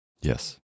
Yes